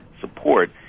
support